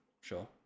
Sure